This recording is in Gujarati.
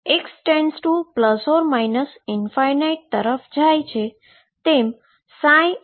તેથી x→±∞ તરફ જાય તેમ ψ≠0 મળે છે